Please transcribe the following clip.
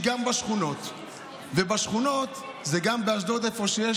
כי לא היית מסוגל לראות את ההצלחות של אריה דרעי.